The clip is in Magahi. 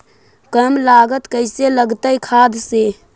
कम लागत कैसे लगतय खाद से?